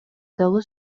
дагы